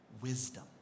wisdom